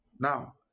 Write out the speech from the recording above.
Now